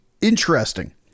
interesting